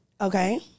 Okay